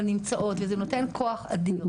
אבל נמצאות וזה נותן כוח אדיר,